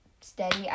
steady